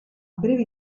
breve